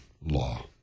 law